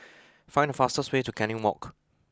find the fastest way to Canning Walk